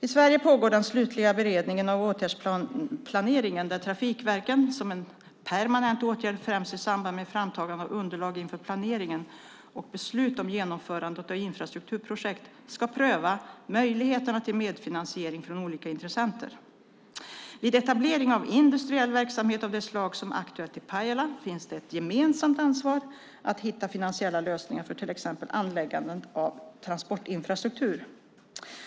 I Sverige pågår den slutliga beredningen av åtgärdsplaneringen där trafikverken, som en permanent åtgärd, främst i samband med framtagande av underlag inför planeringen och beslut om genomförande av infrastrukturprojekt, ska pröva möjligheterna till medfinansiering från olika intressenter. Vid etablering av industriell verksamhet av det slag som är aktuellt i Pajala finns det ett gemensamt ansvar att hitta finansiella lösningar för till exempel anläggande av transportinfrastruktur.